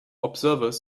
observers